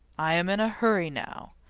i am in a hurry now.